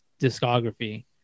discography